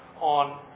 on